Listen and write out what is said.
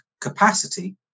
capacity